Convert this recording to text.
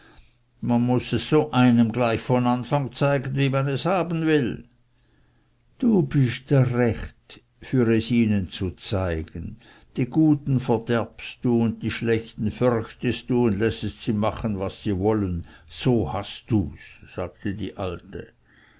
man muß es so einem gleich von anfang zeigen wie man es haben will du bist der recht für es ihnen zu zeigen die guten verderbst du und die schlechten förchtest du und lässest sie machen was sie wollen so hast dus sagte die alte